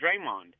Draymond